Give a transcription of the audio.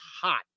hot